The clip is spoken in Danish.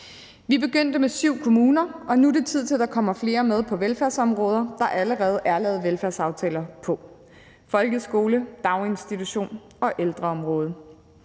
Vi begyndte med syv kommuner, og nu er det tid til, at der kommer flere med på velfærdsområder, der allerede er lavet velfærdsaftaler på, nemlig folkeskole-, daginstitutions- og ældreområdet.